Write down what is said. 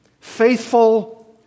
Faithful